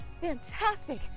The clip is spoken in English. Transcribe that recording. Fantastic